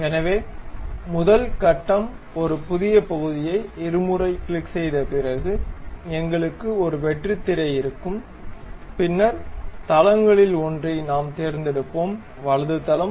எனவே முதல் கட்டம் ஒரு புதிய பகுதியை இருமுறை கிளிக் செய்த பிறகு எங்களுக்கு ஒரு வெற்றுத் திரை இருக்கும் பின்னர் தளங்களில் ஒன்றை நாம் தேர்ந்தெடுப்போம் வலதுதளம்